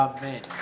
Amen